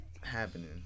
happening